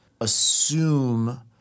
assume